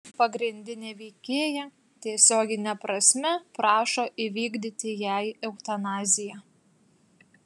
pagrindinė veikėja tiesiogine prasme prašo įvykdyti jai eutanaziją